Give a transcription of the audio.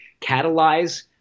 catalyze